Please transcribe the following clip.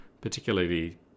particularly